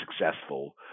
successful